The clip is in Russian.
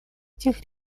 этих